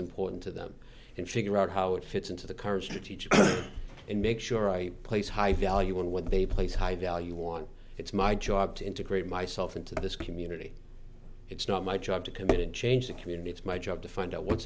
important to them and figure out how it fits into the current strategic and make sure i place high value on what they place a high value on it's my job to integrate myself into this community it's not my job to come in and change the community it's my job to find out what's